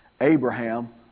Abraham